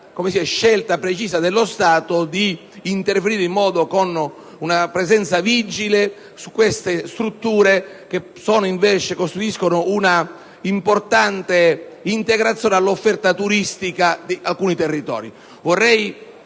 precisa scelta dello Stato di intervenire con una presenza vigile su queste strutture, che costituiscono un'importante integrazione all'offerta turistica di alcuni territori.